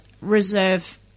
reserve